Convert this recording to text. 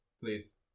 please